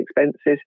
expenses